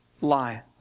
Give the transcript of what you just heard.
lie